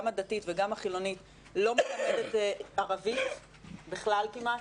גם הדתית וגם החילונית לא מלמדת ערבית בכלל כמעט,